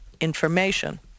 information